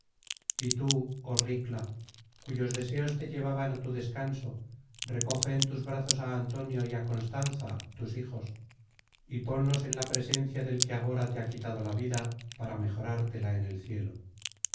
y tú joh ricla cuyos deseos te llevaban a tu descanso recoge en tus brazos á antonio y á constanza tus hijos y ponlos en la presencia del que agora te ha quitado la vida para mejorártela en el cielo